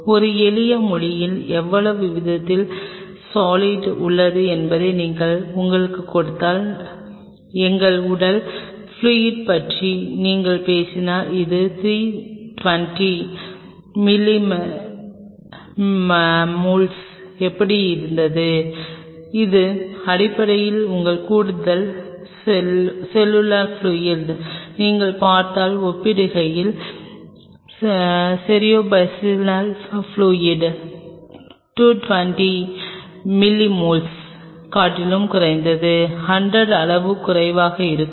ஒரு எளிய மொழியில் எவ்வளவு விகிதத்தில் சொல்யூட் உள்ளது என்பதை நீங்கள் உங்களுக்குக் கொடுத்தால் எங்கள் உடல் பிலுயிட் பற்றி நீங்கள் பேசினால் அது 320 மில்லியோஸ்மோல்கள் எப்படி இருந்தது இது அடிப்படையில் உங்கள் கூடுதல் செல்லுலார் பிலுயிட் நீங்கள் பார்த்தால் ஒப்பிடுகையில் செரிப்ரோஸ்பைனல் பிலுயிட் 220 மில்லியோஸ்மோல்களைக் காட்டிலும் குறைந்தது 100 அளவு குறைவாக இருக்கும்